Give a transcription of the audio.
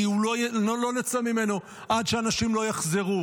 כי לא נצא ממנו עד שאנשים לא יחזרו.